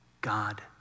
God